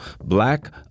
Black